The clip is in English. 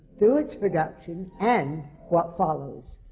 through its production and what follows.